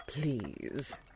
please